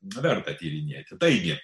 verta tyrinėti taigi